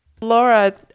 Laura